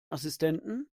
assistenten